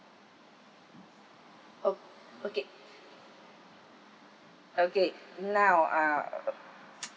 o~ okay okay now uh ugh